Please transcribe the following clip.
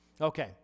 Okay